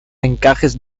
encajes